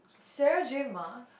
Sarah-Jay-Mars